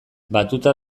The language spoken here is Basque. batuta